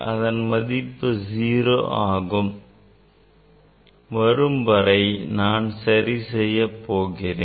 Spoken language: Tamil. அதன் மதிப்பு 0 ஆகும் வரை நான் சரி செய்யப் போகிறேன்